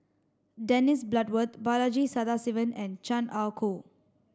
Dennis Bloodworth Balaji Sadasivan and Chan Ah Kow